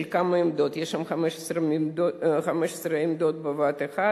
של כמה עמדות, יש שם 15 עמדות בבת-אחת,